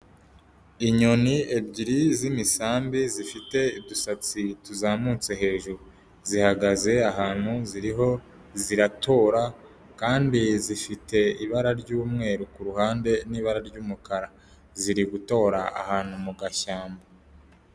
Inyoni ebyiri z'imisambi zifite udusatsi tuzamutse hejuru, zihagaze ahantu ziriho ziratora. Kandi zifite ibara ry'umweru kuruhande, n'ibara ry'umukara. Ziri gutora ahantu mu gashyamba.